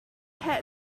had